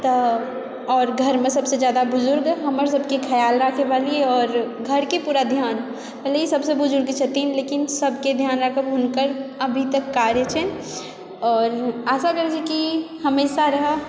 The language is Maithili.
तऽ आओर घरमे सबसे जादा बुजुर्ग हमर सबकेँ ख्याल राखय वाली आओर घरके पूरा ध्यान भले सबसँ बुजुर्ग छथिन लेकिन सबकेँ ध्यान राखब हुनकर अभी तक कार्य छनि आओर आशा करय छी की हमेशा रहऽ